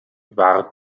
war